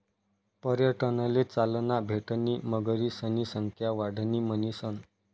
पर्यटनले चालना भेटणी मगरीसनी संख्या वाढणी म्हणीसन